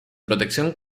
protección